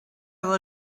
will